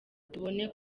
tubone